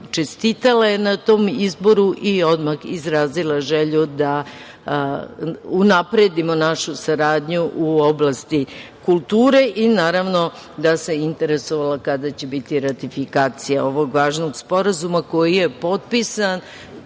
čestitala je na tom izboru i odmah izrazila želju da unapredimo našu saradnju u oblasti kulture, i naravno, interesovala se kada će biti ratifikacija ovog važnog sporazuma, koji je potpisan